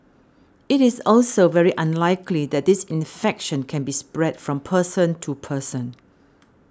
it is also very unlikely that this infection can be spread from person to person